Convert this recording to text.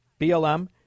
BLM